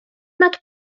nad